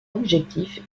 objectif